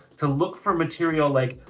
to look for material like,